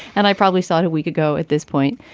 and i probably saw it a week ago at this point.